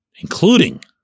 including